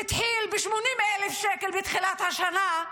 שהתחיל ב-80,000 שקל בתחילת השנה,